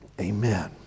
Amen